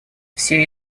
все